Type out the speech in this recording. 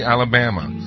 Alabama